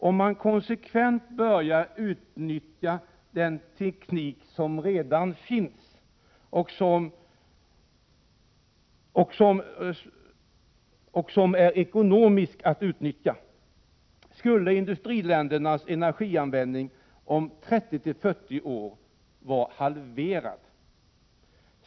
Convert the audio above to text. Om man konsekvent börjar utnyttja den teknik som redan finns — och som det är ekonomiskt att utnyttja — skulle industriländernas energianvändning om 30-40 år vara halverad.